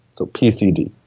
so pcd.